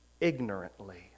ignorantly